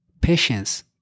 patience